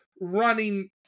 running